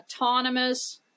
autonomous